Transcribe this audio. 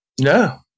No